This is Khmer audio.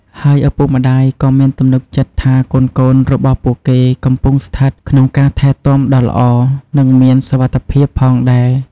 ហើយឪពុកម្តាយក៏មានទំនុកចិត្តថាកូនៗរបស់ពួកគេកំពុងស្ថិតក្នុងការថែទាំដ៏ល្អ និងមានសុវត្ថិភាពផងដែរ។